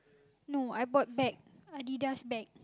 no I bought bag Adidas bag